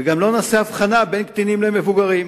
וגם לא נעשה הבחנה בין קטינים למבוגרים.